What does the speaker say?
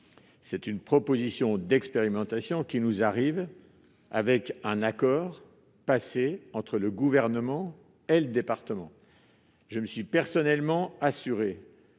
y a une proposition d'expérimentation avec un accord passé entre le Gouvernement et le département. Je me suis personnellement assuré